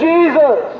Jesus